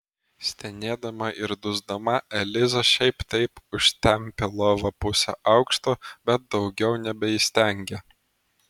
stenėdama ir dusdama eliza šiaip taip užtempė lovą pusę aukšto bet daugiau nebeįstengė